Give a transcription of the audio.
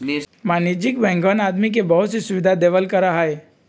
वाणिज्यिक बैंकवन आदमी के बहुत सी सुविधा देवल करा हई